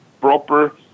proper